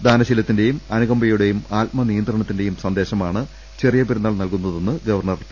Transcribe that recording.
ദാനശീലത്തിന്റെയും അനുകമ്പയുടെയും ആത്മ നിയന്ത്രണത്തിന്റെയും സന്ദേശമാണ് ചെറിയ പെരുന്നാൾ നൽകുന്നതെന്ന് ഗവർണർ പി